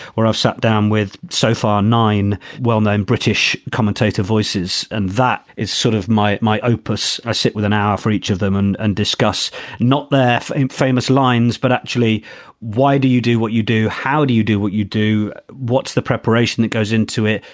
where i've sat down with so far nine well-known british commentator voices. and that is sort of my my opus. i sit with an hour for each of them and and discuss not their famous lines, but actually why do you do what you do? how do you do what you do? what's the preparation that goes into it?